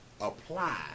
apply